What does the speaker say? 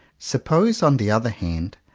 suppose on the other hand,